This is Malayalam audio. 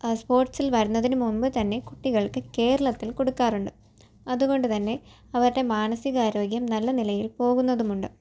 സ്പോർട്സിൽ വരുന്നതിന് മുമ്പ് തന്നെ കുട്ടികൾക്ക് കേരളത്തിൽ കൊടുക്കാറുണ്ട് അതുകൊണ്ട് തന്നെ അവരുടെ മാനസികാരോഗ്യം നല്ല നിലയിൽ പോകുന്നതുമുണ്ട്